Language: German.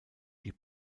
die